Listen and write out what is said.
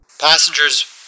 Passengers